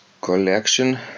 collection